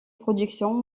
productions